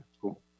cool